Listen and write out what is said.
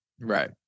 Right